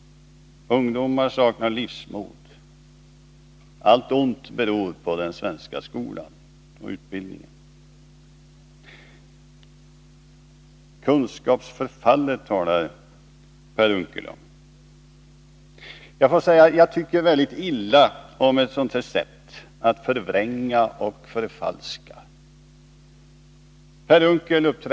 Ungdomar saknar livsmod. Allt ont beror på den svenska skolan och utbildningen. Per Unckel talade också om kunskapsförfall. Jag tycker väldigt illa om förvrängningar och förfalskningar av det slaget.